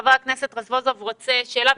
חבר הכנסת רזבוזוב רוצה לשאול שאלה,